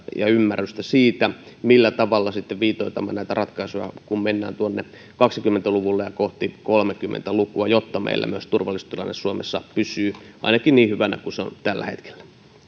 ja ymmärrystä siitä millä tavalla sitten viitoitamme näitä ratkaisuja kun mennään tuonne kaksikymmentä luvulle ja kohti kolmekymmentä lukua jotta meillä myös turvallisuustilanne suomessa pysyy ainakin niin hyvänä kuin se on tällä hetkellä